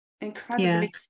incredibly